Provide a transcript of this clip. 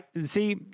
See